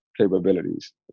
capabilities